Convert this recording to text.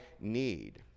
need